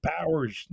Powers